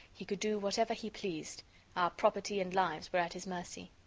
he could do whatever he pleased our property and lives were at his mercy.